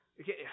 Okay